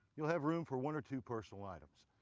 you'll have room for one or two personal items.